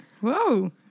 whoa